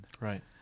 Right